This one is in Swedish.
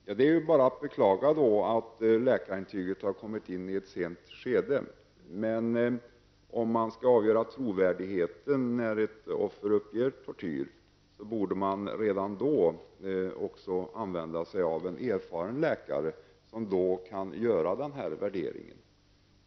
Herr talman! Det är bara att beklaga att läkarintyget i detta fall har kommit in i ett sent skede. Om man skall avgöra trovärdigheten när ett offer uppger sig ha varit utsatt för tortyr, borde man redan då använda sig av en erfaren läkare som kan göra en sådan värdering.